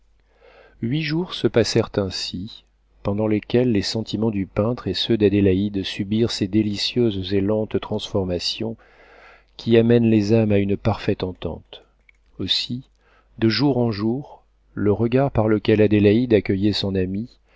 huit jours se passèrent ainsi pendant lesquels les sentiments du peintre et ceux d'adélaïde subirent ces délicieuses et lentes transformations qui amènent les âmes à une parfaite entente aussi de jour en jour le regard par lequel adélaïde accueillait son ami